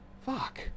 fuck